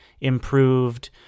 improved